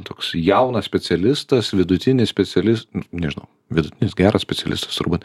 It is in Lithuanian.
toks jaunas specialistas vidutinis specialistas nu nežinau vidutinis geras specialistas turbūt